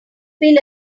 feel